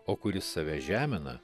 o kuris save žemina